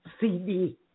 CD